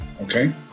okay